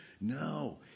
No